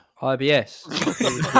IBS